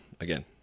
again